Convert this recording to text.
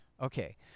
Okay